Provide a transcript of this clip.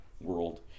world